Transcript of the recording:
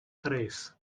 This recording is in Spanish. tres